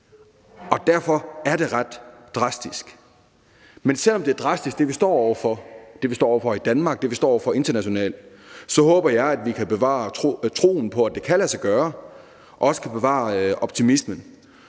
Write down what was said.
Derfor er det ret drastisk. Men selv om det, vi står over for, er drastisk – det, vi står over for i Danmark, og det, vi står over for internationalt – håber jeg, at vi kan bevare troen på, at det kan lade sig gøre, og også kan bevare optimismen.